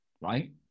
Right